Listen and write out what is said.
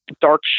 dark